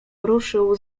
ruszył